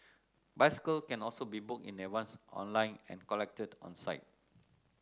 bicycle can also be booked in advance online and collected on site